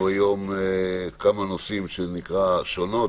ויש לנו היום כמה נושאים שנקראים "שונות",